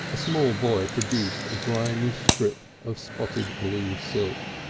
a small boy produced a grimy strip of spotted blue silk.